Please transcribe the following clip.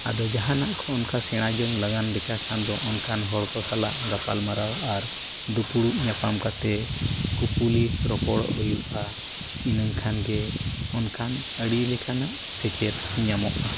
ᱟᱫᱚ ᱡᱟᱦᱟᱱᱟᱜ ᱠᱚ ᱚᱱᱠᱟ ᱥᱮᱲᱟ ᱧᱚᱜ ᱞᱟᱜᱟ ᱞᱮᱠᱟ ᱠᱷᱟᱱ ᱫᱚ ᱚᱱᱠᱟᱱ ᱦᱚᱲ ᱠᱚ ᱥᱟᱞᱟᱜ ᱜᱟᱯᱟᱞ ᱢᱟᱨᱟᱣ ᱟᱨ ᱫᱩᱯᱲᱩᱵ ᱧᱟᱯᱟᱢ ᱠᱟᱛᱮ ᱠᱩᱯᱞᱤ ᱨᱚᱯᱚᱲᱚᱜ ᱦᱩᱭᱩᱜᱼᱟ ᱤᱱᱟᱹᱝ ᱠᱷᱟᱱ ᱜᱮ ᱚᱱᱠᱟᱱ ᱟᱹᱰᱤ ᱞᱮᱠᱟᱱᱟᱜ ᱥᱮᱪᱮᱫ ᱧᱟᱢᱚᱜᱼᱟ